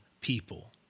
people